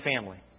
family